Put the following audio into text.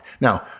Now